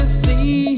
see